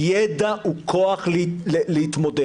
ידע הוא כוח להתמודד.